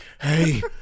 Hey